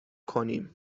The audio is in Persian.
کنیم